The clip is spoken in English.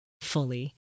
fully